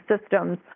systems